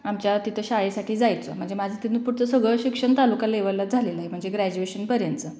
आमच्या तिथं शाळेसाठी जायचो म्हणजे माझं तिथून पुढचं सगळं शिक्षण तालुका लेव्हललाच झालेलं आहे म्हणजे ग्रॅज्युएशनपर्यंतचं